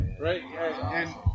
Right